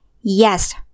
Yes